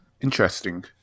Interesting